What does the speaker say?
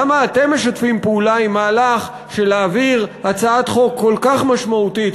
למה אתם משתפים פעולה עם מהלך של להעביר הצעת חוק כל כך משמעותית,